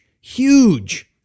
huge